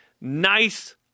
nice